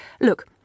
Look